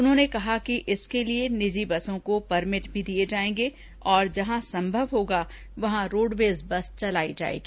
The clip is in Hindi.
उन्होंने कहा कि इसके लिये निजी बसो को परमिट भी दिए जाएंगे और जहां सम्भव होगा वहां रोडवेज बस चलाई जाएगी